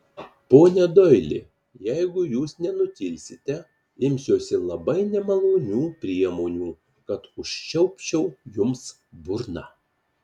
pone doili jeigu jūs nenutilsite imsiuosi labai nemalonių priemonių kad užčiaupčiau jums burną